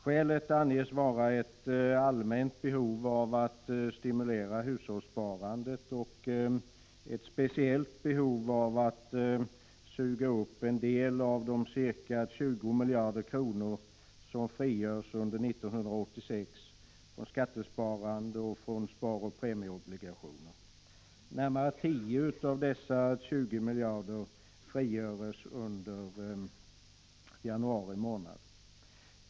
Skälet anges vara ett allmänt behov av att stimulera hushållssparandet och ett speciellt behov av att suga upp en del av de ca 20 miljarder kronor som frigörs under 1986 från skattesparande och sparoch premieobligationer. Närmare 10 av dessa 20 miljarder frigörs under januari månad.